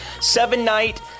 seven-night